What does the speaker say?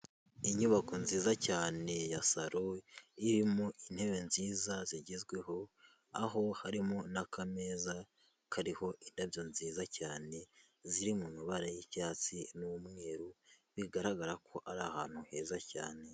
Inyubako nziza cyane ya saro irimo intebe nziza zigezweho aho harimo n'akameza kariho indabyo nziza cyane, ziri mu mabara y'icyatsi n'umweru bigaragara ko ari ahantu heza cyane.